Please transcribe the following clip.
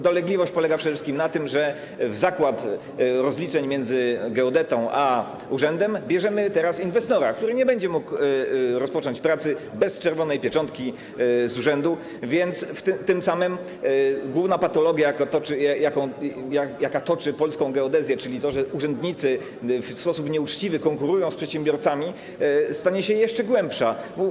Dolegliwość polega przede wszystkim na tym, że w zakład rozliczeń między geodetą a urzędem bierzemy teraz inwestora, który nie będzie mógł rozpocząć pracy bez czerwonej pieczątki z urzędu, więc tym samym główna patologia, jaka toczy polską geodezję, czyli to, że urzędnicy w sposób nieuczciwy konkurują z przedsiębiorcami, stanie się jeszcze głębsza.